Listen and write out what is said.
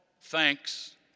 Thanks